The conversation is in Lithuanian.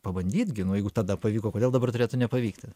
pabandyti gi nu jeigu tada pavyko kodėl dabar turėtų nepavykti